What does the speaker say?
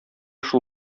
шул